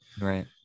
Right